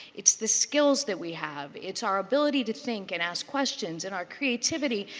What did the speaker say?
it's the skills that we have. it's our ability to think and ask questions and our creativity.